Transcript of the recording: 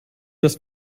das